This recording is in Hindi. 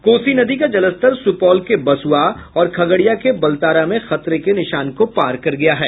कोसी नदी का जलस्तर सुपौल के बसुआ और खगड़िया के बलतारा में खतरे के निशान को पार कर गया है